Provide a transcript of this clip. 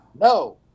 No